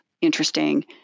interesting